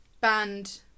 band